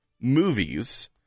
movies